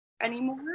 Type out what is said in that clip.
anymore